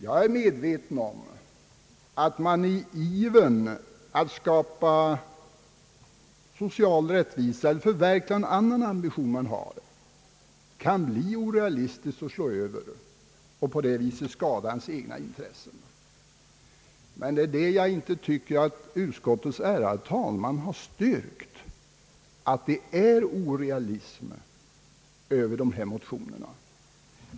Jag är medveten om att man i ivern att skapa social rättvisa kan förverka annan ambition man har, bli orealistisk, slå över och därigenom skada sina egna intressen. Men jag tycker inte att utskottets talesman har styrkt att det är orealism över dessa motioner.